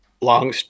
long